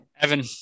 Evan